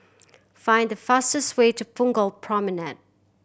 find the fastest way to Punggol Promenade